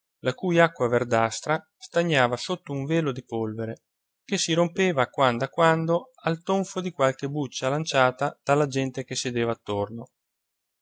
la cui acqua verdastra stagnava sotto un velo di polvere che si rompeva a quando a quando al tonfo di qualche buccia lanciata dalla gente che sedeva attorno